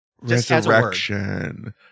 Resurrection